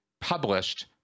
published